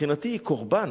מבחינתי היא קורבן,